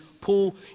Paul